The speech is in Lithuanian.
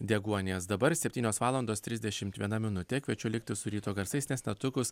deguonies dabar septynios valandos trisdešimt viena minutė kviečiu likti su ryto garsais nes netrukus